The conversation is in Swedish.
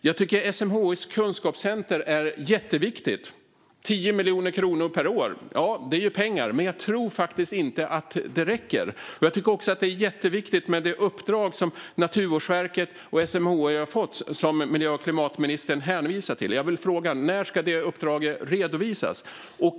Jag tycker att SMHI:s kunskapscenter är jätteviktigt, och 10 miljoner kronor per år är ju pengar. Men jag tror faktiskt inte att det räcker. Även det uppdrag som Naturvårdsverket och SMHI har fått och som miljö och klimatministern hänvisar till är jätteviktigt. När ska detta uppdrag redovisas?